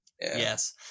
yes